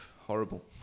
Horrible